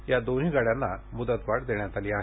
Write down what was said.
या दोन्ही गाड्यांना मुदतवाढ देण्यात आली आहे